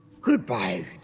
Goodbye